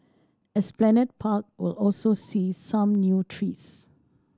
Esplanade Park will also see some new trees